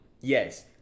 yes